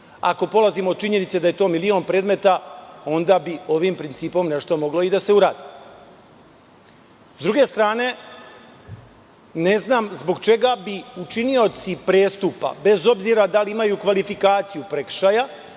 Ako polazimo od činjenice da je to milion predmeta, onda bi ovim principom nešto moglo i da se uradi. Sa druge strane, ne znam zbog čega bi učinioci prestupa, bez obzira da li imaju kvalifikaciju prekršaja